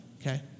okay